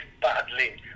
badly